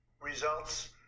results